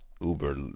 Uber